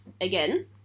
Again